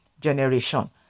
generation